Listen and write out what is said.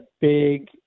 big